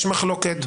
יש מחלוקת,